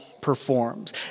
performs